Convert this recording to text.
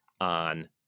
on